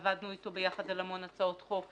עבדנו אתו ביחד על המון הצעות חוק,